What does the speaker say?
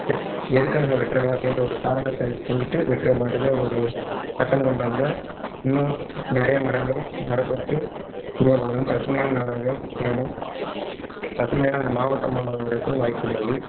எதுக்காக வெட்டுறாங்க அப்படின்ற ஒரு காரணத்தை சொல்லிட்டு வெட்டுறமாட்டுக்கு ஒரு சட்டம் கொண்டு வந்தால் இன்னும் நிறைய மரங்கள் நடப்பட்டு உருவாக்கப்படும் பசுமையான நாடாகவே திகழும் பசுமையான மாவட்டமாவுறதுக்கும் வாய்ப்புள்ளது